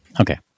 Okay